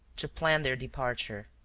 to plan their departure.